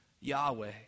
Yahweh